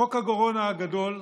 חוק הקורונה הגדול,